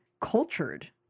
cultured